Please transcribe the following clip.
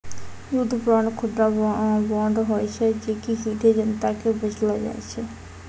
युद्ध बांड, खुदरा बांड होय छै जे कि सीधे जनता के बेचलो जाय छै